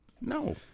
No